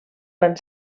van